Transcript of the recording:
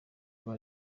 muri